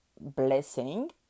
blessing